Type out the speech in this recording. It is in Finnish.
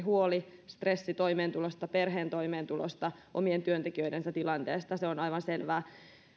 huoli stressi toimeentulosta perheen toimeentulosta omien työntekijöidensä tilanteesta se on aivan selvää